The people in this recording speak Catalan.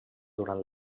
durant